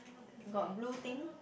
got blue thing